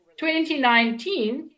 2019